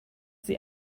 sie